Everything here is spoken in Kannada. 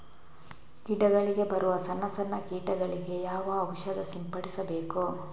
ಗಿಡಗಳಿಗೆ ಬರುವ ಸಣ್ಣ ಸಣ್ಣ ಕೀಟಗಳಿಗೆ ಯಾವ ಔಷಧ ಸಿಂಪಡಿಸಬೇಕು?